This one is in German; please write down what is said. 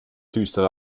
düstere